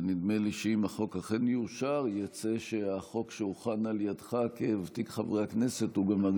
נדמה לי שאם החוק אכן יאושר יצא שהחוק שהוכן על ידך כוותיק חברי הכנסת,